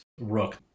rook